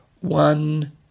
one